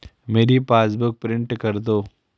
मेरी passbook print कर दो